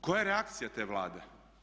Koja je reakcija te Vlade?